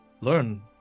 learn